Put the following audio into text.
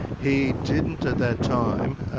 he didn't at that time.